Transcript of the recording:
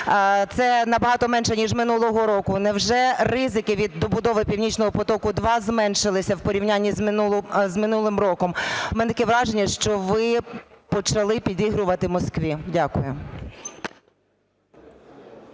Це набагато менше, ніж минулого року. Невже ризики від добудови "Північного потоку-2" зменшилися у порівнянні з минулим роком? В мене таке враження, що ви почали підігрувати Москві. Дякую.